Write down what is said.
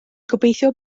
gobeithio